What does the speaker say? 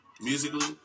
musically